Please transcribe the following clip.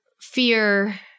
fear